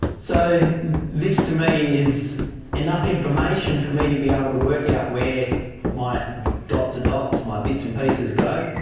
so this to me is enough information for me to be able to work out where my dot to dots, my bits and pieces go.